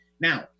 now